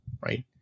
right